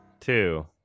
two